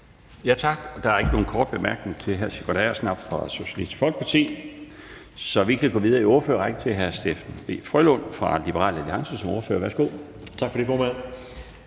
Tak. Der er ikke nogen korte bemærkninger til hr. Sigurd Agersnap fra Socialistisk Folkeparti. Så vi kan gå videre i ordførerrækken til hr. Steffen W. Frølund fra Liberal Alliance som ordfører. Værsgo. Kl.